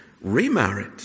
remarried